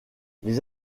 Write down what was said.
les